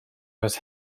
was